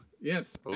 Yes